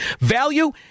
value